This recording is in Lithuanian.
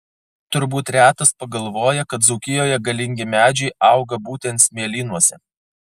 turbūt retas pagalvoja kad dzūkijoje galingi medžiai auga būtent smėlynuose